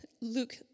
Luke